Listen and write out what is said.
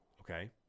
Okay